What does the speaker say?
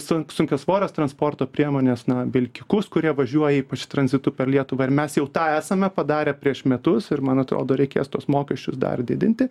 su sunkiasvorės transporto priemonės na vilkikus kurie važiuoja ypač tranzitu per lietuvą ir mes jau tą esame padarę prieš metus ir man atrodo reikės tuos mokesčius dar didinti